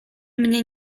mnie